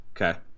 Okay